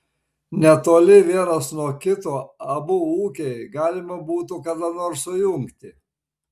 netoli vienas nuo kito abu ūkiai galima būtų kada nors sujungti